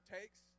takes